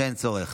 בחוק הבא.